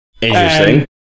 Interesting